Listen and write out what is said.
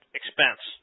expense